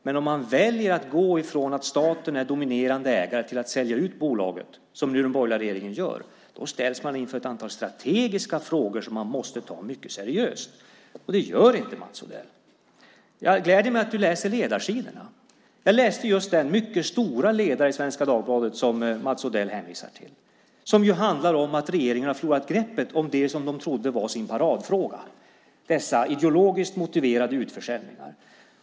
Men om man väljer att gå ifrån att staten är dominerande ägare till att sälja ut bolaget, som den borgerliga regeringen nu gör, då ställs man inför ett antal strategiska frågor som man måste ta mycket seriöst. Det gör inte Mats Odell. Det gläder mig att du läser ledarsidorna. Jag läste just den mycket långa ledare i Svenska Dagbladet som Mats Odell hänvisar till. Den handlar om att regeringen har förlorat greppet om det som de trodde var deras paradfråga, dessa ideologiskt motiverade utförsäljningar.